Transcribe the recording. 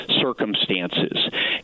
circumstances